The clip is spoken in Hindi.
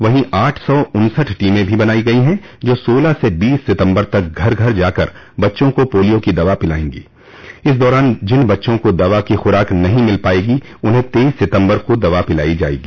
वहीं आठ सौ उन्सठ टीमें बनायी गयी हैं जो सोलह से बीस सितम्बर तक घर घर जाकर बच्चों को पोलियो की दवा पिलायेंगे इस दौरान जिन बच्चों को दवा की खुराक नहीं मिल पायेगी उन्हें तेइस सितम्बर को दवा पिलाई जायेगी